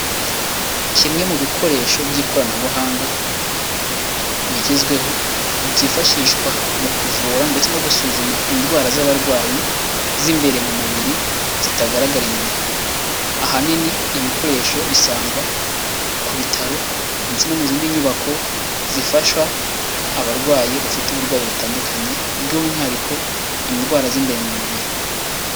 Kimwe mu bikoresho by'ikoranabuhanga bigezweho byifashishwa mu kuvura ndetse no gusuzuma indwara z'abarwayi z'imbere mu mubiri zitagaragara inyuma, ahanini ibikoresho bisangwa ku bitaro ndetse no mu zindi nyubako zifasha abarwayi bafite uburwayi butandukanye by'umwihariko indwara z'imbere mu mubiri.